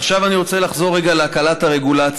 עכשיו אני רוצה לחזור רגע להקלת הרגולציה.